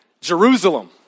Jerusalem